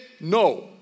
No